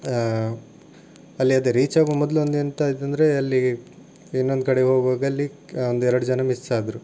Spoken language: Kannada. ಅಲ್ಲೇ ಅದೇ ರೀಚ್ ಆಗುವ ಮೊದಲು ಒಂದು ಎಂತಾಯ್ತಂದ್ರೆ ಅಲ್ಲಿ ಇನ್ನೊಂದು ಕಡೆ ಹೋಗುವಾಗಲ್ಲಿ ಒಂದೆರಡು ಜನ ಮಿಸ್ ಆದರು